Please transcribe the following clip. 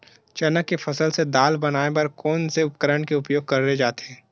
चना के फसल से दाल बनाये बर कोन से उपकरण के उपयोग करे जाथे?